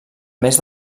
més